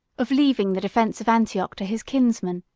of leaving the defence of antioch to his kinsman,